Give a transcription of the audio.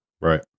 Right